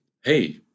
Hey